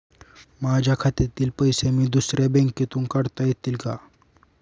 माझ्या खात्यातील पैसे मी दुसऱ्या बँकेतून काढता येतील का?